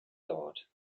thought